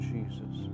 Jesus